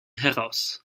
heraus